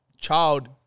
child